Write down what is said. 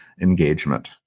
engagement